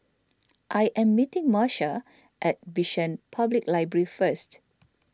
I am meeting Marsha at Bishan Public Library First